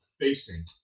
facing